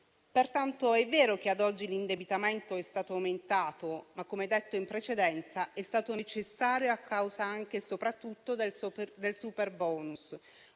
Pertanto, è vero che ad oggi l'indebitamento è stato aumentato, ma - come detto in precedenza - è stato necessario a causa anche e soprattutto del superbonus,